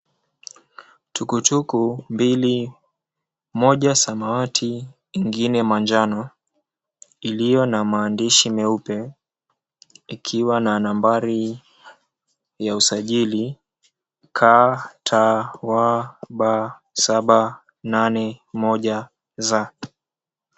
Tukutuku mbili moja ya samawati ingine manjano ilio na maandishi meupe ikiwa na nambari ya usajili KTWB 781Z.